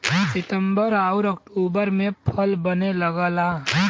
सितंबर आउर अक्टूबर में फल बने लगला